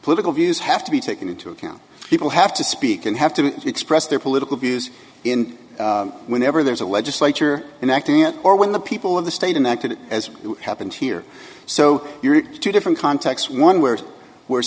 political views have to be taken into account people have to speak and have to express their political views in whenever there's a legislature and acting it or when the people of the state and acted as it happened here so you're in two different contexts one where where